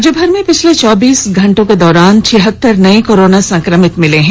राज्यभर में पिछले चौबीस घंटे के दौरान छिहतर नये कोरोना संक्रमित मिले हैं